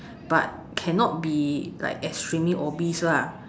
but cannot be like extremely obese lah